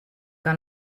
que